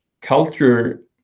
culture